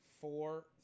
four